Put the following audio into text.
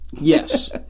yes